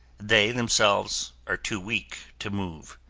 they themselves are too weak to move.